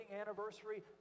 anniversary